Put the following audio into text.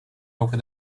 over